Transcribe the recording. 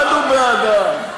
והצבענו בעדם.